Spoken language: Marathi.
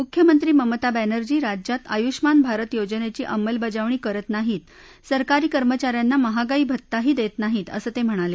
मुख्यमंत्री ममता बॅनर्जी राज्यात आयुष्मान भारत योजनेची अंमलबजावणी करत नाहीत सरकारी कर्मचा यांना महागाई भत्ताही देत नाहीत असं ते म्हणाले